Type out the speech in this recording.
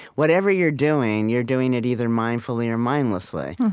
whatever you're doing, you're doing it either mindfully or mindlessly.